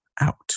out